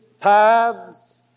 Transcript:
paths